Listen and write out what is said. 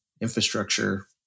infrastructure